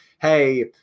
Hey